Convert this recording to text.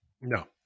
No